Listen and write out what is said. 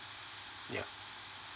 yeah